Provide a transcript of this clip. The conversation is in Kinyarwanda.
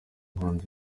umuhanzi